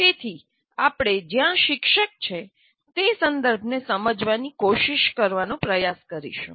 તેથી આપણે જ્યાં શિક્ષક છે તે સંદર્ભને સમજવાની કોશિશ કરવાનો પ્રયાસ કરીશું